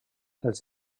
els